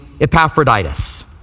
Epaphroditus